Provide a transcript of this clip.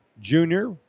junior